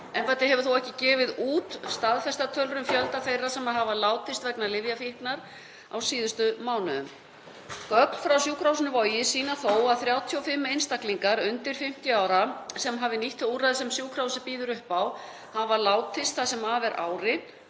Embættið hefur þó ekki gefið út staðfestar tölur um fjölda þeirra sem hafa látist vegna lyfjafíknar á síðustu mánuðum. Gögn frá sjúkrahúsinu Vogi sýna þó að 35 einstaklingar undir 50 ára, sem hafa nýtt þau úrræði sem sjúkrahúsið býður upp á, hafa látist það sem af er ári